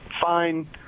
fine